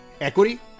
Equity